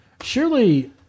surely